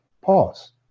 pause